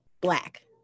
black